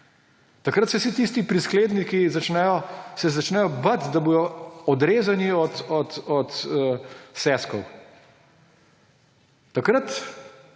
Takrat se vsi tisti priskledniki začnejo bati, da bodo odrezani od seskov. Takrat